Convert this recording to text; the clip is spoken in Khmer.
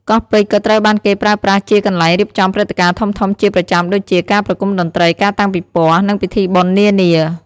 កោះពេជ្រក៏ត្រូវបានគេប្រើប្រាស់ជាកន្លែងរៀបចំព្រឹត្តិការណ៍ធំៗជាប្រចាំដូចជា ការប្រគំតន្ត្រី ការតាំងពិព័រណ៍ និងពិធីបុណ្យនានា។